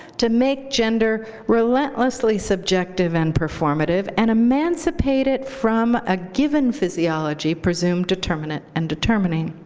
to make gender relentlessly subjective and performative and emancipate it from a given physiology presumed determinate and determining.